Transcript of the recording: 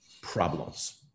problems